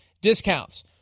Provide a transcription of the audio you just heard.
discounts